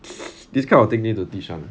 this kind of thing need to teach [one]